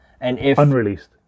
Unreleased